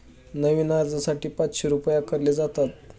नवीन अर्जासाठी पाचशे रुपये आकारले जातात